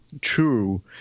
true